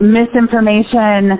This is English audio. misinformation